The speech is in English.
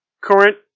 Current